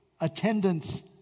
attendance